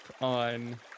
on